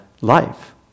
life